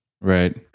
Right